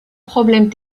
problème